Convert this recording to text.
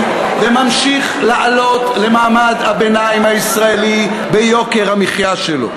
וממשיכה לעלות למעמד הביניים הישראלי ביוקר המחיה שלו.